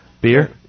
Beer